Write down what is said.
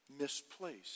misplaced